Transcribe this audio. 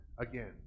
again